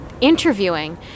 interviewing